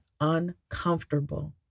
Uncomfortable